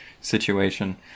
situation